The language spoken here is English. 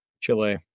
Chile